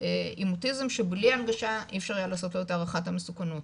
עם אוטיזם שבלי הנגשה אי אפשר היה לעשות לו את הערכת המסוכנות.